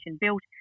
built